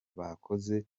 bakoze